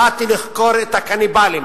באתי לחקור את הקניבלים.